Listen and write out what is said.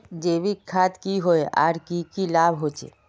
जैविक खाद की होय आर की की लाभ होचे?